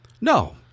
No